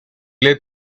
lit